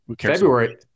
February